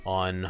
on